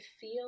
feel